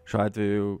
šiuo atveju